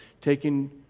taking